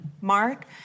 mark